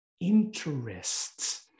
interests